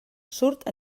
surt